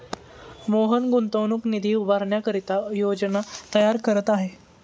मोहन गुंतवणूक निधी उभारण्याकरिता योजना तयार करत आहे